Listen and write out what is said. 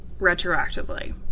retroactively